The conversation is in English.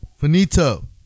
Finito